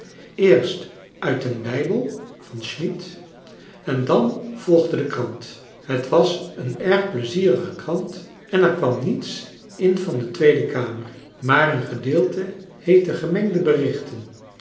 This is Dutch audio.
eerst uit den bijbel van schmid en dan volgde de krant het was een erg pleizierige krant en er kwam niets in van de tweede kamer maar een gedeelte heette gemengde berichten